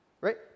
Right